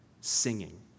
singing